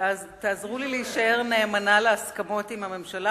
תעזרו לי להישאר נאמנה להסכמות עם הממשלה,